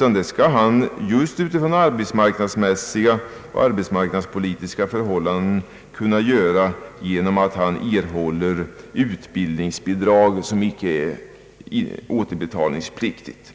Han bör i stället omskolas med hänsyn till arbetsmarknadsmässiga och arbetsmarknadspolitiska förhållanden och därunder erhålla utbildningsbidrag som inte är återbetalningspliktigt.